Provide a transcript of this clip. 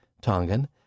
Tongan